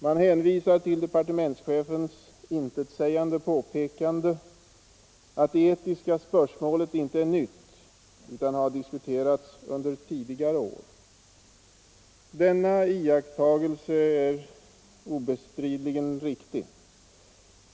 Man hänvisar till departementschefens intetsägande påpekande att det etiska spörsmålet inte är nytt utan har diskuterats under tidigare år. Denna iakttagelse är obestridligen riktig.